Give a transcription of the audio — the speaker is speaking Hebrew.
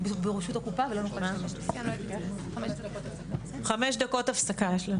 חמש דקות הפסקה.